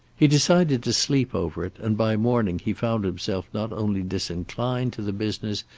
he decided to sleep over it, and by morning he found himself not only disinclined to the business,